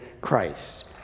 Christ